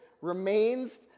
remains